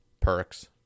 perks